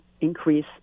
increase